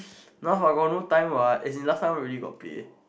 now I got no time what as in last time I already got play